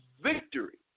victory